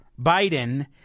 Biden